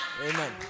Amen